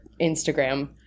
Instagram